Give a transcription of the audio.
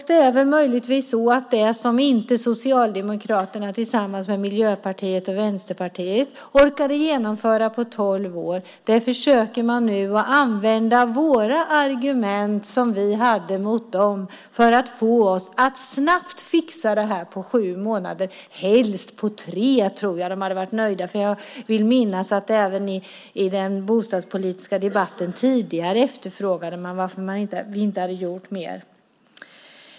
Det är möjligtvis så att när det gäller saker som Socialdemokraterna tillsammans med Miljöpartiet och Vänsterpartiet inte orkade genomföra på tolv år försöker de nu använda våra argument som vi hade mot dem för att få oss att snabbt fixa det här på sju månader - helst på tre. Då tror jag att de hade varit nöjda, för jag vill minnas att de även i den bostadspolitiska debatten tidigare efterfrågade varför vi inte hade gjort mer.